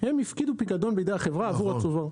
הם הפקידו פיקדון בידי החברה עבור הצובר.